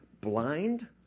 blind